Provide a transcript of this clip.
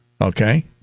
Okay